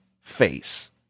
face